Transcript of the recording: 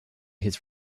his